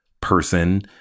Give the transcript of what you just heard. person